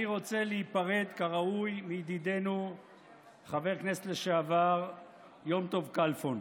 אני רוצה להיפרד כראוי מידידנו חבר הכנסת לשעבר יום טוב כלפון.